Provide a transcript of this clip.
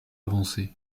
avancé